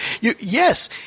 yes